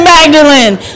Magdalene